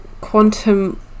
quantum